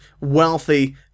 wealthy